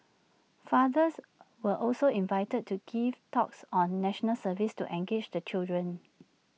fathers were also invited to give talks on National Service to engage the children